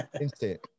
Instant